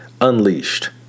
Unleashed